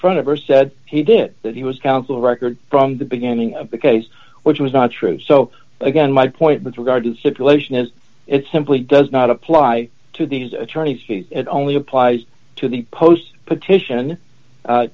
front of her said he did that he was counsel of record from the beginning of the case which was not true so again my point with regard to the situation is it simply does not apply to these attorneys it only applies to the post petition